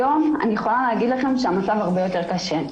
היום אני יכולה להגיד לכם שהמצב הרבה יותר קשה.